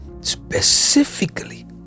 Specifically